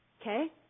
Okay